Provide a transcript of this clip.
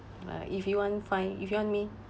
uh if you want find if you want me